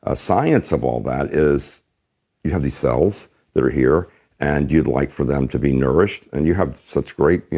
ah science of all that is you have these cells that are here and you'd like for them to be nourished. and you have such great, you